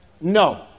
No